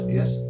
yes